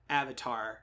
avatar